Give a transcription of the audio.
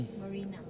marina